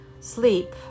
sleep